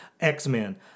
X-Men